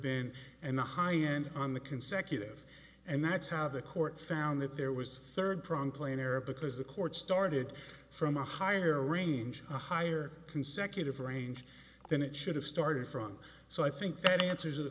been and the high end on the consecutive and that's how the court found that there was third prong plain error because the court started from a higher range a higher consecutive range than it should have started from so i think that answers